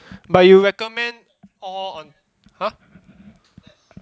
but you recommend all on !huh!